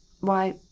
Why